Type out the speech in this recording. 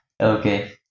Okay